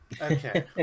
okay